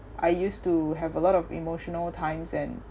I used to have a lot of emotional times and